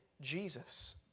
Jesus